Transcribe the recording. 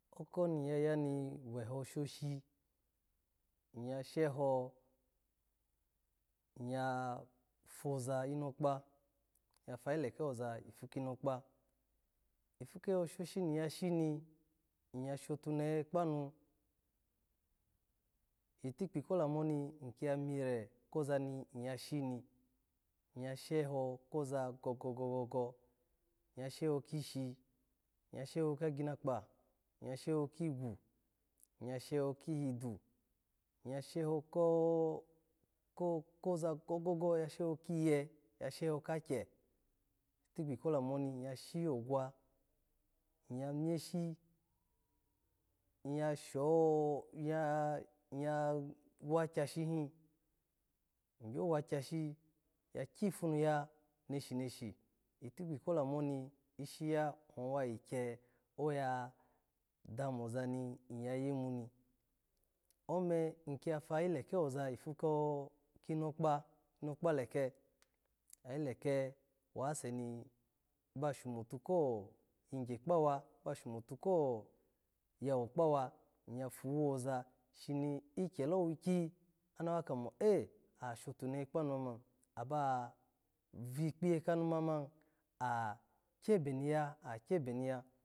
Oko ni iya ya ni weho shoshi, iya sheho iya fiza inokpa ya fayele oza ipu kinokpa, ifo keho shoshi niya shi ni iya shotune he kparu, itikpi ko lamu oni iki ya mire koza ni ya shini, iya sheho ko za gogo-gogo, iya sheho kishi, iya sheho kagimakpa, iya sheho kigwu iya sheho ki hido, iya sheho ko koza gogo-gogo iya sheho kiye, iya sheho kagye, itikpi ko lamu oni iya shi ogwa, iya miyishi iya sh-o-yo-ya-wagyashe hi, igyo wagyashi iya kyipuya, neneshi neneshi. itikpi o lamu oni, ishi ya, iya ha yikye oya dami oza ni ya yimu, ome iki ya fayi leke oza ipu kinokpa, inokpa lake, ayi beke wasemi oshomote ko yigye kpawa, aba shomotu ko yawa kpawa, iya fowoza shini ikyelowiki anawa komo ashotunehe kpanu nani, aba-a- vikpiye kanu mani, akyebe niya, akyebe niya.